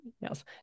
yes